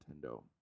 Nintendo